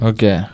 Okay